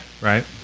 Right